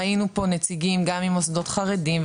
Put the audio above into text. ראינו פה נציגים גם ממוסדות חרדים,